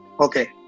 Okay